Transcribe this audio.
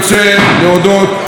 ראש המפלגה שלי,